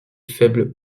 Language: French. faible